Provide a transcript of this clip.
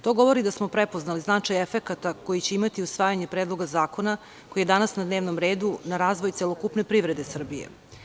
To govori da smo prepoznali značaj efekata koji će imati usvajanje Predloga zakona koji je danas na dnevnom redu na razvoj celokupne privrede Srbije.